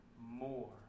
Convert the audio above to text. more